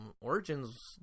Origins